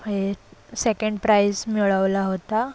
हे second prize मिळवला होता